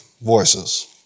voices